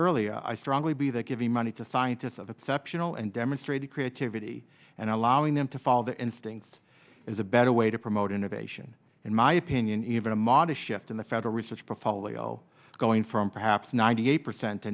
earlier i strongly believe that giving money to scientists of exceptional and demonstrating creativity and allowing them to follow their instincts is a better way to promote innovation in my opinion even a modest shift in the federal research for follow going from perhaps ninety eight percent